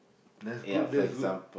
that's good that's good